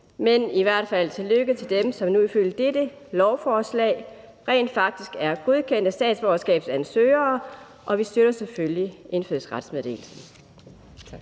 Men i hvert fald tillykke til dem, som nu ifølge dette lovforslag rent faktisk er godkendte statsborgerskabsansøgere, og vi støtter selvfølgelig indfødsretsmeddelelsen. Tak.